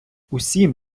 усім